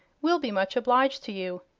we'll be much obliged to you.